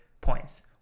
points